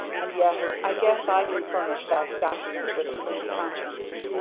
and yes, i guess i can furnish that document with a clean conscience.